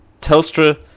Telstra